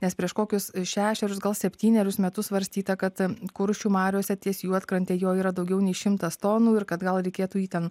nes prieš kokius šešerius gal septynerius metus svarstyta kad kuršių mariose ties juodkrante jo yra daugiau nei šimtas tonų ir kad gal reikėtų jį ten